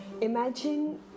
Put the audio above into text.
Imagine